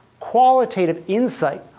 qualitative insight,